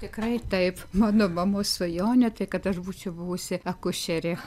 tikrai taip mano mamos svajonė tai kad aš būčiau buvusi akušerė